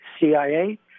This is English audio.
CIA